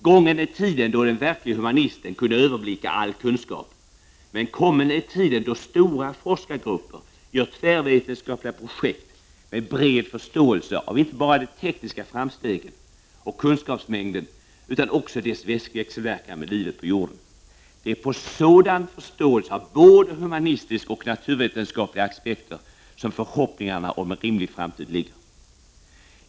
Gången är tiden då den verklige humanisten kunde överblicka all kunskap, men kommen är tiden då stora forskargrupper genomför tvärvetenskapliga projekt med bred förståelse av inte bara de tekniska framstegen och kunskapsmängden utan också av dess växelverkan med livet på jorden. Det är till sådan förståelse av både humanistiska och naturvetenskapliga aspekter som förhoppningarna om en rimlig framtid kan knytas.